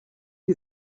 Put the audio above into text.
you